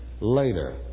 later